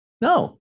No